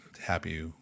happy